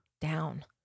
down